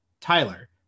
Tyler